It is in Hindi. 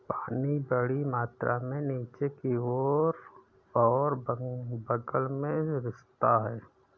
पानी बड़ी मात्रा में नीचे की ओर और बग़ल में रिसता है